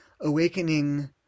Awakening